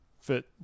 fit